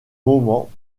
moment